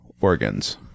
organs